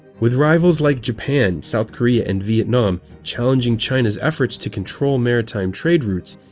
with rivals like japan, south korea, and vietnam challenging china's efforts to control maritime trade routes,